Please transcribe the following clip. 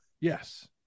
Yes